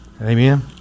Amen